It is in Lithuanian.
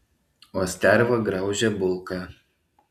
o sterva graužia bulką